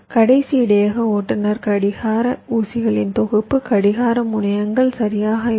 கடைசி இடையக ஓட்டுநர் கடிகார ஊசிகளின் தொகுப்பு கடிகார முனையங்கள் சரியாக இருக்கும்